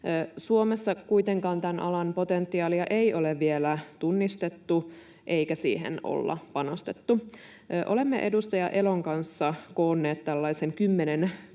Suomessa tämän alan potentiaalia ei kuitenkaan ole vielä tunnistettu eikä siihen olla panostettu. Olemme edustaja Elon kanssa koonneet tällaisen